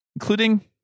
Including